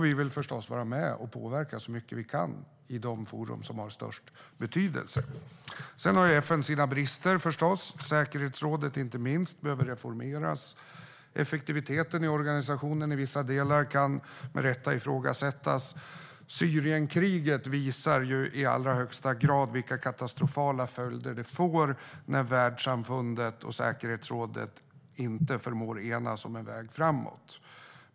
Vi vill förstås vara med och påverka så mycket vi kan i de forum som har störst betydelse. FN har förstås sina brister. Säkerhetsrådet, inte minst, behöver reformeras. Effektiviteten i vissa delar av organisationen kan med rätta ifrågasättas. Syrienkriget visar i allra högsta grad vilka katastrofala följder det får när världssamfundet och säkerhetsrådet inte förmår enas om en väg framåt.